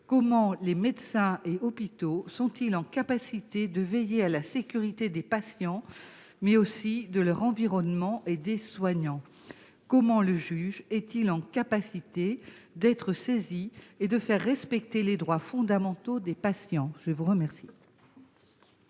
Comment les médecins et hôpitaux sont-ils en capacité de veiller à la sécurité des patients, mais aussi de leur environnement et des soignants ? Le juge est-il en mesure d'être saisi et de faire respecter les droits fondamentaux des patients ? La parole